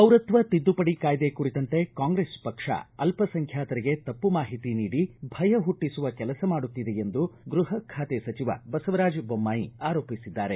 ಪೌರತ್ವ ತಿದ್ದುಪಡಿ ಕಾಯ್ದೆ ಕುರಿತಂತೆ ಕಾಂಗ್ರೆಸ್ ಪಕ್ಷ ಅಲ್ಲಸಂಖ್ಯಾತರಿಗೆ ತಪ್ಪು ಮಾಹಿತಿ ನೀಡಿ ಭಯ ಹುಟ್ಟಿಸುವ ಕೆಲಸ ಮಾಡುತ್ತಿದೆ ಎಂದು ಗ್ಯಪ ಖಾತೆ ಸಚಿವ ಬಸವರಾಜ ಬೊಮ್ಮಾಯಿ ಆರೋಪಿಸಿದ್ದಾರೆ